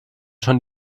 schon